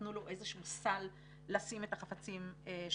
נתנו לו איזשהו סל לשים את החפצים שלו,